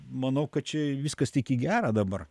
manau kad čia viskas tik į gera dabar